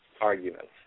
arguments